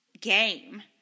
game